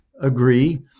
agree